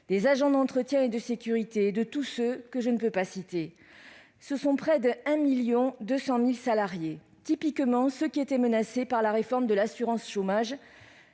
des agents d'entretien et de sécurité, et de tous ceux que je ne peux pas citer. Ce sont près de 1 200 000 salariés, typiquement ceux qui étaient menacés par la réforme de l'assurance chômage